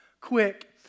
quick